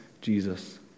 jesus